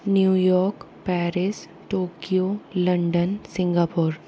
New York Paris Tokyo London Singapore